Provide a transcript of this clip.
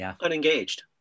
unengaged